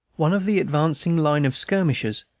one of the advancing line of skirmishers,